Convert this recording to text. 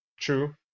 true